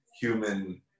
human